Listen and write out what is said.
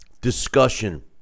discussion